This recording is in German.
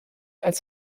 als